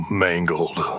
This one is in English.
mangled